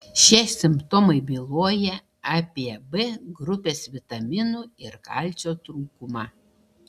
šie simptomai byloja apie b grupės vitaminų ir kalcio trūkumą